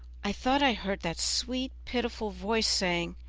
i thought i heard that sweet, pitiful voice saying,